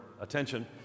attention